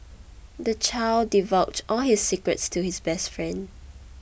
the child divulged all his secrets to his best friend